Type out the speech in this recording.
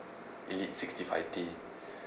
elite sixty five T